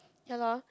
ya lor